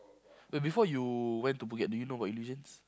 wait before you went to Phuket do you know about Illusions